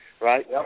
right